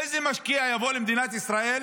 איזה משקיע יבוא למדינת ישראל